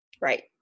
Right